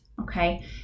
okay